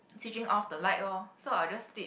switching off the light lor so I will just sleep